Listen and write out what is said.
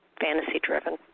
fantasy-driven